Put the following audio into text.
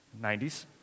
90s